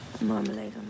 Marmalade